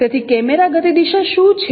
તેથી કેમેરા ગતિ દિશા શું છે